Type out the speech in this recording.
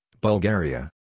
Bulgaria